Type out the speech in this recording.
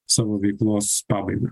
savo veiklos pabaigą